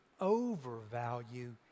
overvalue